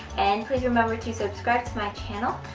and please remember to subscribe to my channel!